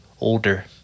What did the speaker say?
older